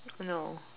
no